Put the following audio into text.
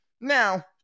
Now